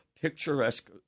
picturesque